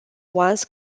once